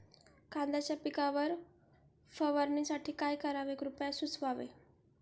कांद्यांच्या पिकावर फवारणीसाठी काय करावे कृपया सुचवावे